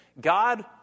God